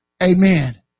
Amen